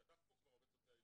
כבר כתבת כאן על העובד הסוציאלי.